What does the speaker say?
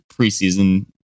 preseason